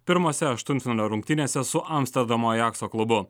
pirmose aštuntfinalio rungtynėse su amsterdamo ajakso klubu